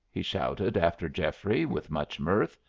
he shouted after geoffrey with much mirth.